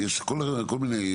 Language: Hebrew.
הוא כבר מופיע בנוסח.